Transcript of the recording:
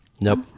Nope